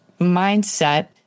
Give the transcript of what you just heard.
mindset